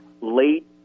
late